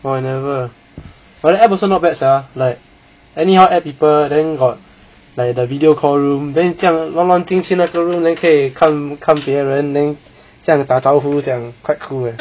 oh I never but the app also not bad sia like anyhow add people then got like the video call room then 这样慢慢进去那个 room then 看看别人 then 这样打招这样 quite cool leh